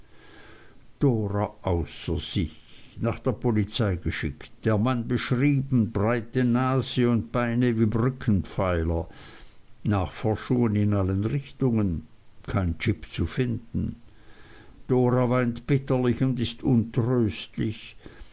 sich nach der polizei geschickt der mann beschrieben breite nase und beine wie brückenpfeiler nachforschungen in allen richtungen kein j zu finden d weint bitterlich und ist untröstlich